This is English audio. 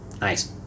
Nice